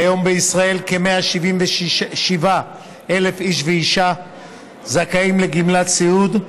כיום בישראל כ-167,000 איש ואישה זכאים לגמלת סיעוד.